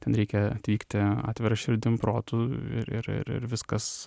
ten reikia atvykti atvira širdim protu ir ir ir viskas